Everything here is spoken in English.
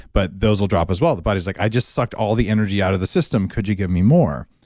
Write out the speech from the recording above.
but those will drop as well. the body's like, i just sucked all the energy out of the system, could you give me more?